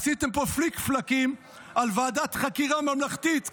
עשיתם פה פליק-פלאקים על ועדת חקירה ממלכתית,